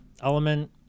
element